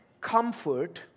comfort